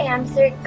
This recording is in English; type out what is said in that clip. Answer